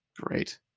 great